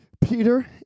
Peter